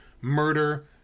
Murder